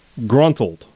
Gruntled